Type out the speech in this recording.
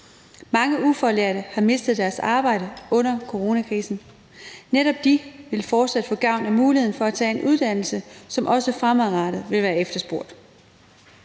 Mange ufaglærte har mistet deres arbejde under coronakrisen, og netop de vil fortsat få gavn af muligheden for at tage en uddannelse, som også fremadrettet vil være efterspurgt.